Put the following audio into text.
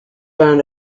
round